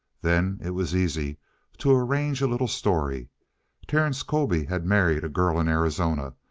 then it was easy to arrange a little story terence colby had married a girl in arizona,